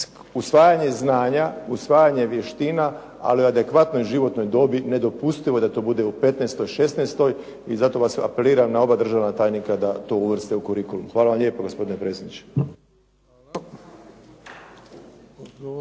usvajanje znanja, usvajanje vještina, ali u adekvatnoj životnoj dobi, nedopustivo je da to bude u 15., 16. i zato vas apeliram na oba državna tajnika da to uvrste u kurikulum. Hvala vam lijepo gospodine predsjedniče.